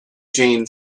jain